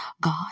God